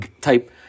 type